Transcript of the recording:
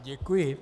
Děkuji.